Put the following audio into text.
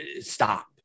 stop